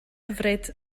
hyfryd